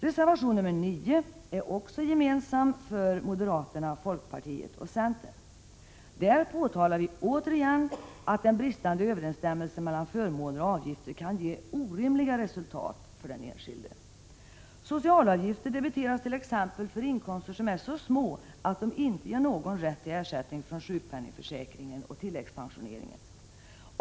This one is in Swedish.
Reservation nr 9 är också gemensam för moderaterna, folkpartiet och centern. Där påtalar vi återigen att den bristande överensstämmelsen mellan förmåner och avgifter kan ge orimliga resultat för den enskilde. Socialavgifter debiteras t.ex. för inkomster som är så små att de inte ger någon rätt till ersättning från sjukpenningförsäkringen och tilläggspensioneringen.